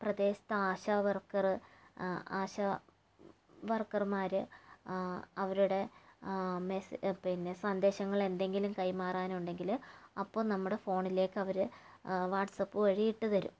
പ്രദേശത്ത് ASHA worker ASHA വർക്കർമാര് അവരുടെ മെസ്സേജ് പിന്നെ സന്ദേശങ്ങൾ എന്തെങ്കിലും കൈമാറാൻ ഉണ്ടെങ്കില് അപ്പോൾ നമ്മുടെ ഫോണിലേക്ക് അവര് വാട്സ്ആപ്പ് വഴി ഇട്ട് തരും